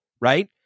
right